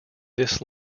this